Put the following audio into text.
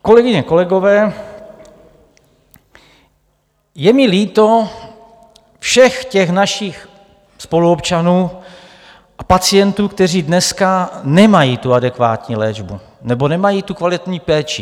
Kolegyně, kolegové, je mi líto všech těch našich spoluobčanů a pacientů, kteří dneska nemají adekvátní léčbu nebo nemají kvalitní péči.